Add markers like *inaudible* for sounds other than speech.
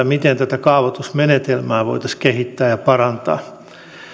*unintelligible* miten tätä kaavoitusmenetelmää voitaisiin kehittää ja parantaa